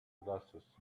glasses